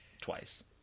twice